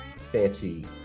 fancy